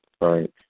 Right